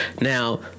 Now